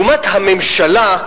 לעומת הממשלה,